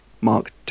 Mark